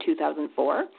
2004